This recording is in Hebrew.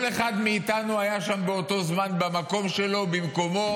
כל אחד מאיתנו היה שם באותו זמן במקום שלו, במקומו